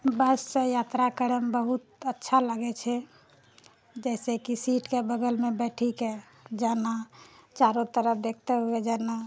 बससँ यात्रा करैमे बहुत अच्छा लागै छै जैसे कि सीटके बगलमे बैठीके जाना चारो तरफ देखते हुए जाना